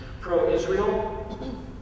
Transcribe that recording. pro-Israel